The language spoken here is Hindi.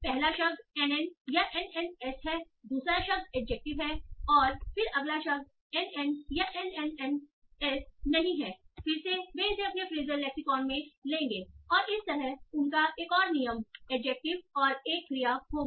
पहला शब्द एनएन या एनएनएस है दूसरा शब्द एडजेक्टिव है और फिर अगला शब्द एनएन या एनएनएस नहीं है फिर से वे इसे अपने फ्रेसएल लेक्सीकौन में ले लेंगे और इस तरह उनका एक और नियम एडजेक्टिव और एक क्रिया होगी